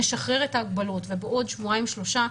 נשחרר את ההגבלות ובעוד שבועיים-שלושה,